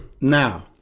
Now